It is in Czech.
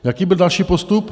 Jaký byl další postup?